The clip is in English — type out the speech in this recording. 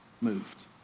moved